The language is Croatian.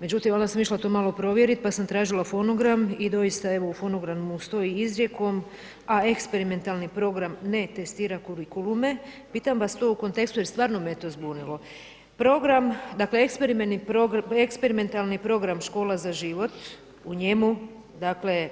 Međutim, onda sam išla to malo provjeriti, pa sam tražila fonogram i doista, evo u fonogramu stoji izrijekom, a eksperimentalni program ne testira kurikulume, pitam vas to u kontekstu, jer stvarno me je to zbunilo, eksperimentalni program škola za život u njemu dakle,